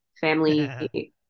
family